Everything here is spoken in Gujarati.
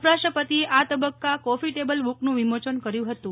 ઉપરાષ્ટ્રપતિએ આ તબક્કા કોફી ટેબલ બુકનું વિમોચન કર્યું હતું